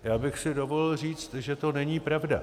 Já bych si dovolil říci, že to není pravda.